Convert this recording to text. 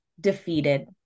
defeated